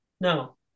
no